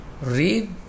read